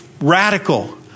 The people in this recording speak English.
radical